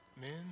men